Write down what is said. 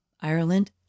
Ireland